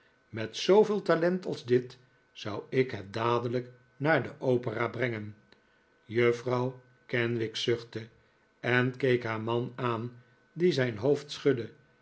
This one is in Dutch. met zooveel talent als dit zou ik het dadelijk naar de opera brengen juffrouw kenwigs zuchtte en keek haar man aan die zijn hoofd schudde